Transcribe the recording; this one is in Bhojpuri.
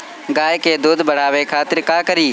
गाय के दूध बढ़ावे खातिर का करी?